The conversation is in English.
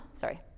sorry